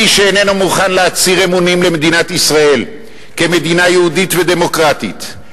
מי שאיננו מוכן להצהיר אמונים למדינת ישראל כמדינה יהודית ודמוקרטית,